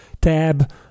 tab